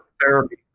therapy